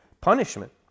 punishment